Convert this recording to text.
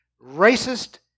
racist